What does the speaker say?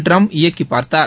Trump இயக்கி பார்த்தார்